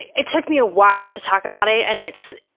it it took me a while to talk about it, and it's,